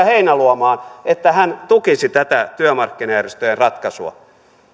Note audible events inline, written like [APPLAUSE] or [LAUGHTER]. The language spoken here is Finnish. [UNINTELLIGIBLE] heinäluomaan että hän tukisi tätä työmarkkinajärjestöjen ratkaisua